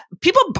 People